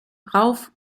rauf